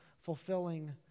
fulfilling